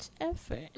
effort